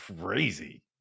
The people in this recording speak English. crazy